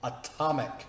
atomic